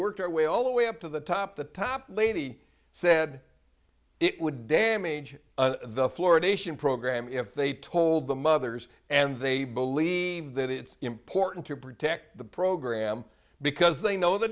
worked our way all the way up to the top the top lady said it would damage the fluoridation program if they told the mothers and they believe that it's important to protect the program because they know the